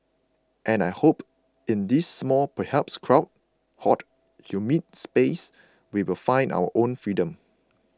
and I hope in this small perhaps crowded hot humid space we will find our own freedom